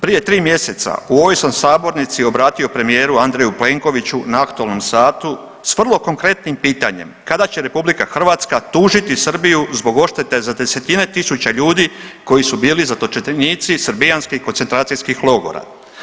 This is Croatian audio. Prije 3 mjeseca u ovoj sam se sabornici obratio premijeru Andreju Plenkoviću na aktualnom satu s vrlo konkretnim pitanjem, kada će RH tužiti Srbiju zbog odštete za desetine tisuća ljudi koji su bili zatočenici srbijanskih koncentracijskih logora.